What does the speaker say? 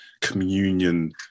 communion